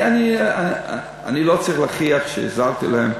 אני לא צריך להוכיח שהזהרתי אותם.